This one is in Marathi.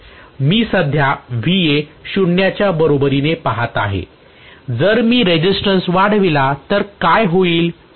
मी सध्या 0 च्या बरोबरीने पहात आहे जर मी रेसिस्टन्स वाढविला तर काय होईल ड्रॉप वाढेल